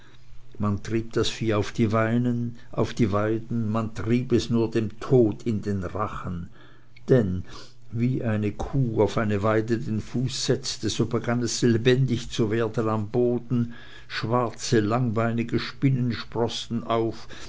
man trieb das vieh auf die weiden man trieb es nur dem tode in den rachen denn wie eine kuh auf eine weide den fuß setzte so begann es lebendig zu werden am boden schwarze langbeinige spinnen sproßten auf